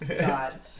God